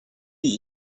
wie